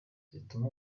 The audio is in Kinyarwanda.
zituma